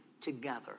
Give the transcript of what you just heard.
together